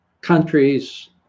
countries